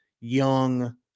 young